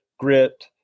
Grit